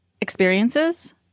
experiences